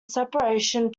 separation